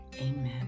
Amen